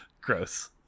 Gross